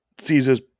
caesar's